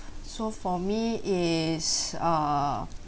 so for me is a